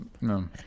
No